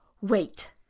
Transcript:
Wait